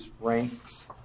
ranks